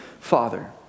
Father